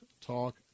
Talk